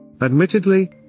Admittedly